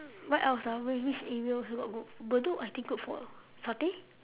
what else ah wait which area got good bedok I think good for satay